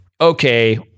okay